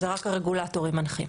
זה רק הרגולטורים מנחים.